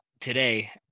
today